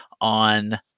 on